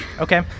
Okay